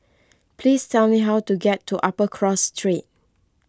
please tell me how to get to Upper Cross Street